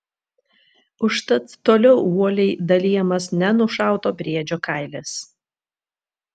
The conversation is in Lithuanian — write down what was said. užtat toliau uoliai dalijamas nenušauto briedžio kailis